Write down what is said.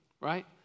right